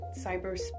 cyber